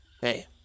hey